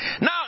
Now